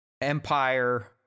empire